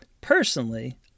Personally